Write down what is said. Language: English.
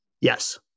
Yes